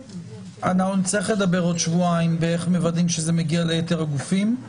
אנחנו נצטרך לדבר עוד שבועיים על איך מוודאים שזה מגיע ליתר הגופים.